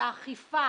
שהאכיפה